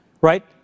right